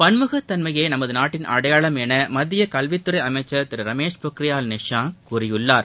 பன்முகத்தன்மையே நமது நாட்டின் அடையாளம் என மத்திய கல்வித்துறை அமைச்சர் திரு ரமேஷ் பொக்ரியால் கூறியுள்ளார்